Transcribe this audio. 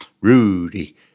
Rudy